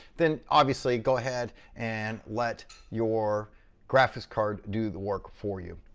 then obviously go ahead and let your graphics card do the work for you.